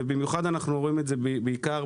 ובמיוחד אנחנו רואים את זה בפריפריה.